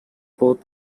both